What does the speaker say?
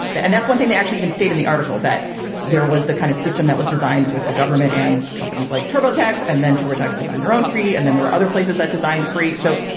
and that's one thing they actually even state in the article that there was the kind of system that was designed with the government and companies like turbo tax and then to protect design their own free and then there are other places that designed free. so.